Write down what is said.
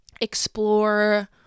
explore